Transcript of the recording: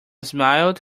smiled